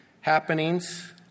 happenings